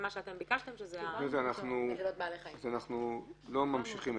כתבו פה בעלי חיים, לא רק כלבים.